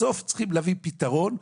בסוף צריכים להביא פתרון.